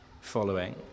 following